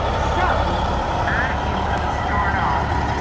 so i am going to start off.